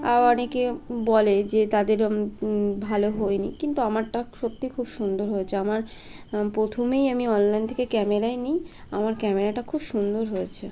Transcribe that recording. আবার অনেকে বলে যে তাদের ভালো হয়নি কিন্তু আমারটা সত্যি খুব সুন্দর হয়েছে আমার প্রথমেই আমি অনলাইন থেকে ক্যামেরাই নিই আমার ক্যামেরাটা খুব সুন্দর হয়েছে